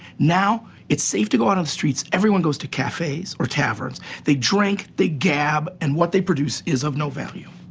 now it's safe to go out on the streets, everyone goes to cafes or taverns, they drink, they gab, and what they produce is of no value.